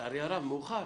לצערי הרב מאוחר